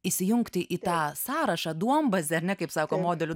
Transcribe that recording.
įsijungti į tą sąrašą duombazę ar ne kaip sako modelių